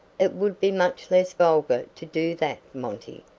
it would be much less vulgar to do that, monty,